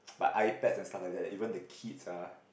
but iPads and stuff like that eh even the kids ah